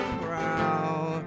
proud